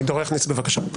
עדו רכניץ, בבקשה.